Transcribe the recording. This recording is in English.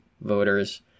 voters